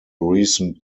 recent